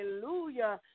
Hallelujah